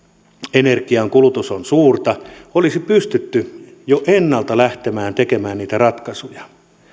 energian kulutus on suurta olisi pystytty jo ennalta lähtemään tekemään niitä ratkaisuja